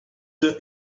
the